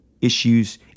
issues